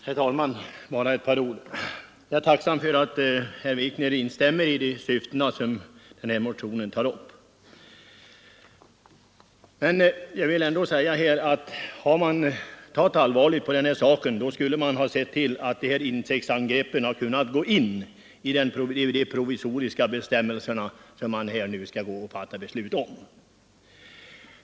Herr talman! Jag skall bara säga ett par ord. Jag är tacksam för att herr Wikner instämmer i det berättigade i de syften som motionen har. Men om utskottet hade tagit allvarligt på den här saken hade man sett till att insektsangreppen hade kunnat gå in i de provisoriska bestämmelser som vi nu skall fatta beslut om.